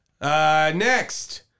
Next